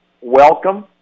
welcome